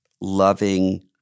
loving